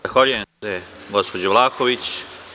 Zahvaljujem se, gospođo Vlahović.